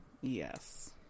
yes